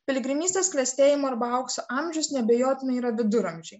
piligrimystės klestėjimo arba aukso amžius neabejotinai yra viduramžiai